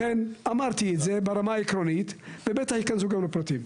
לכן אמרתי את זה ברמה העקרונית ובטח ייכנסו גם לפרטים.